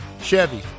chevy